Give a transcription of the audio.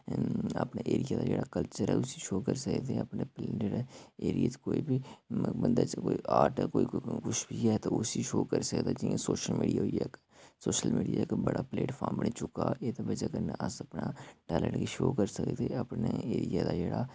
अपने एरिये दा जेहड़ा कल्चर ऐ उसी शो करी सकदे अपने जेह्ड़े एरिये च कोई बी मतलब कोई आर्ट ऐ कोई कुछ बी ऐ उसी शो करी सकदे जियां सोशल मीडिया होई गेआ इक सोशल मीडिया इक बड़ा प्लेटफार्म बनी चुके दा एह्दी बजह् कन्नै अस अपना टैलेंट गी शो करी सकदे अपने एरिया दा जेह्ड़ा